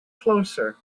closer